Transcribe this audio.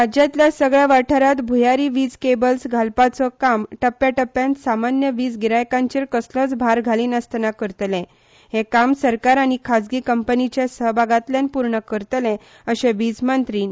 राज्यातल्या सगळयां वाठारांत भुयारी वीज केबल्स घालपाचो काम टप्प्याटप्प्यान सामान्य वीज गिरायकांचेर कसलोच भार घाली नासतना करतले आनी हे काम सरकार आनी खाजगी कंपनीच्या सहभागातल्यान पूर्ण करतले अशें वीजमंत्री श्री